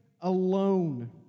alone